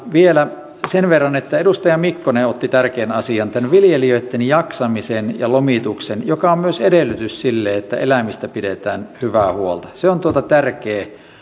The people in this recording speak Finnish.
vielä sen verran että edustaja mikkonen otti tärkeän asian viljelijöitten jaksamisen ja lomituksen joka on myös edellytys sille että eläimistä pidetään hyvää huolta se on tärkeä